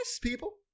people